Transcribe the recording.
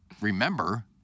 remember